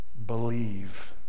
Believe